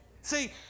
See